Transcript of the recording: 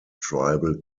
tribal